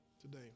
today